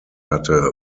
hatte